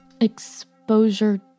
Exposure